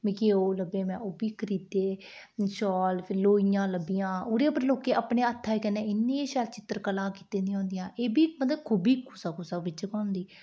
मिकी ओह् लब्भे में ओह् बी खरीदे शाल फिर लोइयां लब्भियां ओह्दे उप्पर लोकें अपने हत्थे कन्नै इन्नियां शैल चित्रकला कीती दी होदियां एह् बी मतलब खूबी कुसै बिच्च गै होंदी